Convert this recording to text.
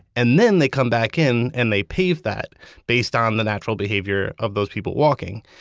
and then, they come back in and they pave that based on the natural behavior of those people walking.